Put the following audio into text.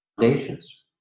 foundations